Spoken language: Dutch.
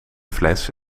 fles